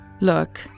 Look